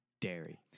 Dairy